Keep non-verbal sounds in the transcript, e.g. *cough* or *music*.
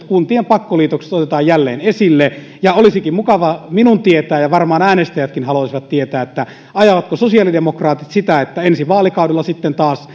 *unintelligible* kuntien pakkoliitokset otetaan jälleen esille olisikin mukavaa minun tietää ja varmaan äänestäjätkin haluaisivat tietää ajavatko sosiaalidemokraatit sitä että ensi vaalikaudella sitten taas *unintelligible*